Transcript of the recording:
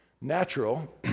natural